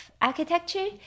architecture